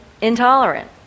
intolerant